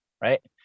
right